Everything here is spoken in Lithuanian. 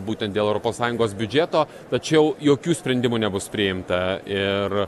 būtent dėl europos sąjungos biudžeto tačiau jokių sprendimų nebus priimta ir